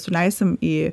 suleisim į